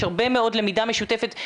יש הרבה מאוד למידה משותפת.